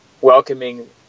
welcoming